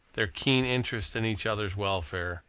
their keen interest in each other's welfare,